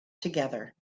together